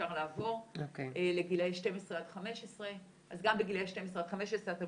אפשר לעבור לגילאי 12 עד 15. אז גם בגילאי 12 עד 15 אתם